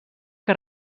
que